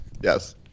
Yes